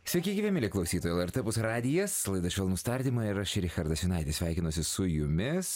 sveiki gyvi mieli klausytojai lrt opus radijas laida švelnūs tardymai ir aš richardas jonaitis sveikinuosi su jumis